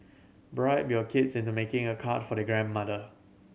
bribe your kids into making a card for their grandmother